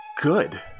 good